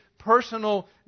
personal